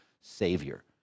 savior